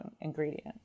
ingredient